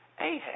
Ahab